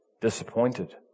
disappointed